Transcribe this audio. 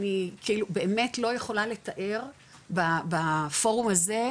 אני באמת לא יכולה לתאר בפורום הזה,